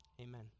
Amen